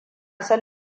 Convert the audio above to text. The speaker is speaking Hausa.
son